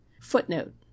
Footnote